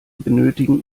benötigen